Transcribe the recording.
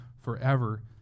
forever